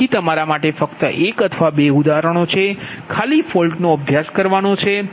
તેથી તમારા માટે ફક્ત એક અથવા બે ઉદાહરણો છે ખાલી ફોલ્ટનો અભ્યાસ કરવાનો છે